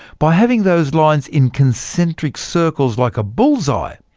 by having those lines in concentric circles like a bullseye,